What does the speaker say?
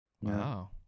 Wow